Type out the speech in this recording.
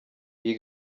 iyi